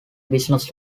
business